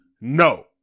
No